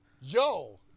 Yo